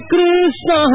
Krishna